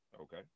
okay